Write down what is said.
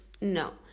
no